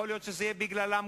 יכול להיות שזה יהיה גם בגללם,